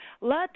Let